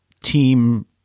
team